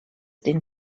den